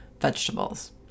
vegetables